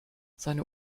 seine